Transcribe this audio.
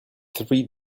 three